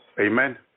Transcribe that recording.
Amen